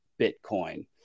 Bitcoin